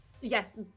Yes